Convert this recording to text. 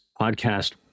podcast